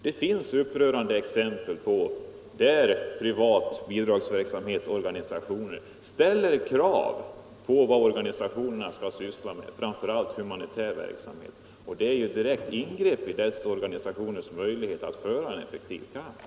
Det finns upprörande exempel på att det vid privat bidragsverksamhet ställts krav på vad organisationerna skall syssla med, framför allt när det gäller humanitär verksamhet, och det är ett direkt ingrepp i dessa organisationers möjligheter att föra en effektiv kamp.